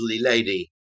lady